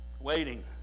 Waiting